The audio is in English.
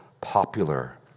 popular